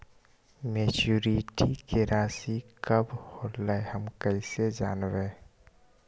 Maturity के रासि कब होलै हम कैसे जानबै?